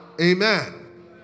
Amen